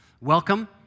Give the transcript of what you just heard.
welcome